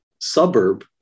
suburb